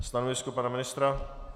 Stanovisko pana ministra?